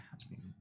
happening